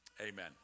Amen